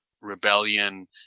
rebellion